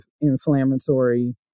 inflammatory